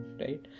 right